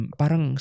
parang